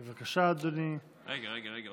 בבקשה, אדוני, רגע, רגע, רגע.